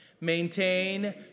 Maintain